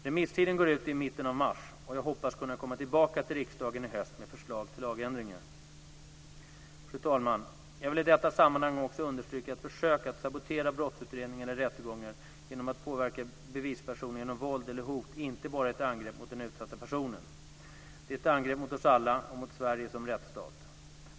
Remisstiden går ut i mitten av mars och jag hoppas kunna komma tillbaka till riksdagen i höst med förslag till lagändringar. Fru talman! Jag vill i detta sammanhang också understryka att försök att sabotera brottsutredningar eller rättegångar genom att påverka bevispersoner genom våld eller hot inte bara är ett angrepp mot den utsatta personen. Det är ett angrepp mot oss alla och mot Sverige som rättsstat.